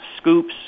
scoops